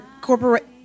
corporate